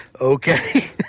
Okay